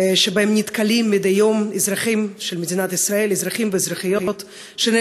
שבהם נתקלים מדי יום אזרחים ואזרחיות של